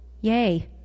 yay